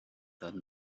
that